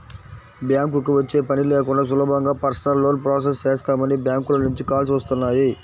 బ్యాంకుకి వచ్చే పని లేకుండా సులభంగా పర్సనల్ లోన్ ప్రాసెస్ చేస్తామని బ్యాంకుల నుంచి కాల్స్ వస్తున్నాయి